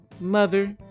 Mother